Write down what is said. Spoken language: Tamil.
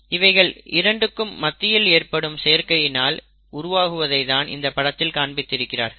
இவைகள் இரண்டுக்கும் மத்தியில் ஏற்படும் சேர்க்கையினால் உருவாகுவதை தான் இந்த படத்தில் காண்பித்திருக்கிறார்கள்